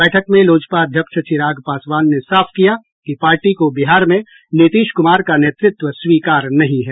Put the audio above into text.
बैठक में लोजपा अध्यक्ष चिराग पासवान ने साफ किया कि पार्टी को बिहार में नीतीश कुमार का नेतृत्व स्वीकार नहीं है